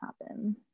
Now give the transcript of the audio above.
happen